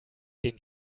den